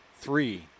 Three